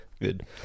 Good